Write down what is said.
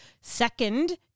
second